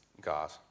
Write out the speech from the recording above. God